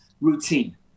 routine